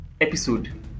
episode